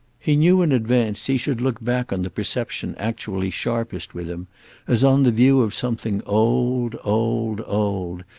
he knew in advance he should look back on the perception actually sharpest with him as on the view of something old, old, old,